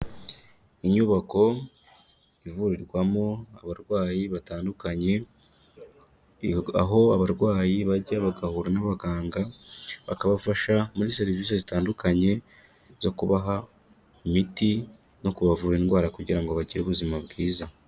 Inyubako ivurirwamo abarwayi batandukanye, aho abarwayi bajya bagahura n'abaganga bakabafasha muri serivisi zitandukanye zo kubaha imiti no kubavura indwara kugira ngo bagire ubuzima bwiza.